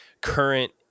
current